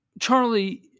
Charlie